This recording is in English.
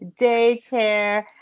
daycare